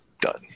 done